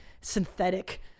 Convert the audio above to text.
synthetic